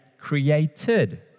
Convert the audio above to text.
created